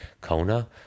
Kona